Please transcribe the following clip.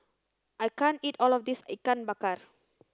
I can't eat all of this Ikan Bakar